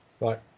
Right